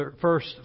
first